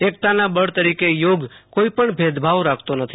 એકતાના બળ તરીકે યોગ કોઈપણ ભેદભાવ રાખતો નથી